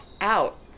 out